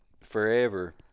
forever